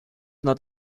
not